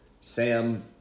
Sam